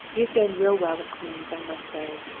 you've done real well at queen's i must say.